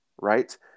Right